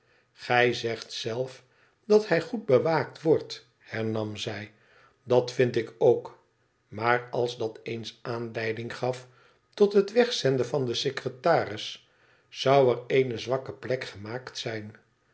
gij zegt zelf dat hij goed bewaakt wordt hernam zij dat vind ik ook maar ab dat eens aanleiding gaf tot het wegzenden van den secretaris zou er eene zwakke plek gemaakt zijn